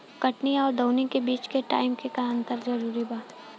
कटनी आउर दऊनी के बीच के टाइम मे केतना अंतर जरूरी बा?